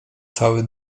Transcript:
cały